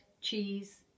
cheese